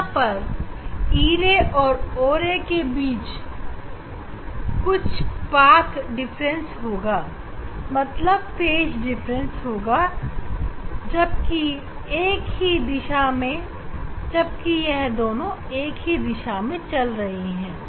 यहां पर e ray और o ray के बीच कुछ पाथ डिफरेंस होगा मतलब फेज डिफरेंस होगा जबकि वह एक ही दिशा में चल रही हैं